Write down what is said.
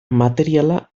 materiala